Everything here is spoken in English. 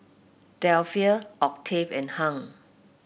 Delphia Octave and Hung